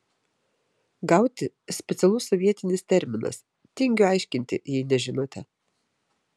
gauti specialus sovietinis terminas tingiu aiškinti jei nežinote